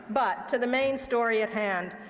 but to the main story at hand,